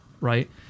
right